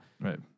Right